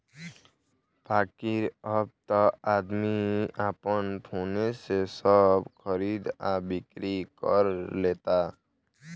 बाकिर अब त आदमी आपन फोने से सब खरीद आ बिक्री कर लेता